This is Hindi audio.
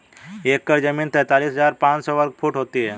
एक एकड़ जमीन तैंतालीस हजार पांच सौ साठ वर्ग फुट होती है